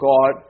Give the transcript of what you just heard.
God